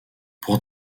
pour